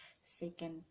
second